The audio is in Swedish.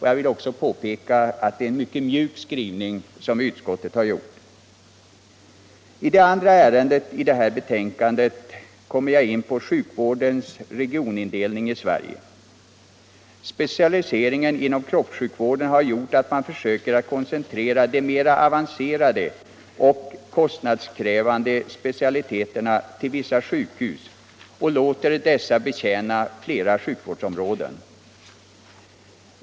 Jag vill också påpeka att det är en mycket mjuk skrivning i denna. Det andra ärendet 1 detta betänkande gäller sjukvårdens regionindelning i Sverige. Specialiseringen inom kroppssjukvården har gjort att man försöker att koncentrera de mera avancerade och kostnadskrävande specialiteterna till vissa sjukhus och låter dessa betjäna flera sjukvårdsområden.